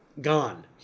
Gone